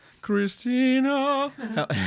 Christina